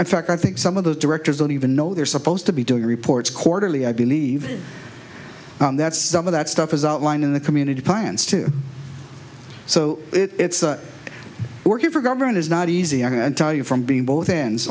fact i think some of those directors don't even know they're supposed to be doing reports quarterly i believe that some of that stuff is outlined in the community plans too so it's working for government is not easy i can tell you from being both ends